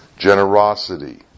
generosity